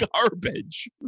garbage